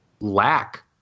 lack